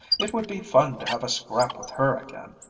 it would be fun to have a scrap with her again.